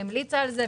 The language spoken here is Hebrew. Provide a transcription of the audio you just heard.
שהמליצה על זה,